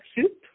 soup